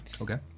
Okay